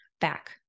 back